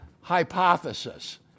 hypothesis